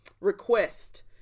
request